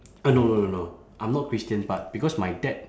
uh no no no no I'm not christian but because my dad